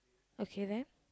okay then